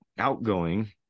outgoing